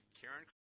Karen